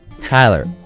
Tyler